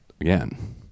again